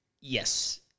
yes